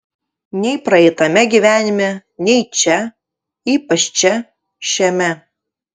nei praeitame gyvenime nei čia ypač čia šiame